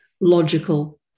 logical